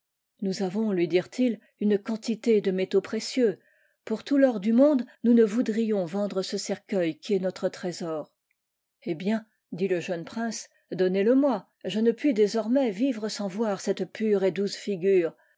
nous avons lui dirent-ils une quantité de métaux précieux pour tout l'or du monde nous ne voudrions vendre ce cercueil qui est notre trésor eh bien dit le jeune prince donnez-le-moi je ne puis désormais vivre sans voir cette pure et douce figure